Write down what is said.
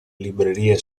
librerie